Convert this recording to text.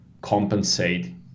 compensate